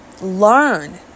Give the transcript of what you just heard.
learn